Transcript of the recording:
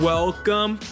Welcome